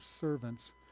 servants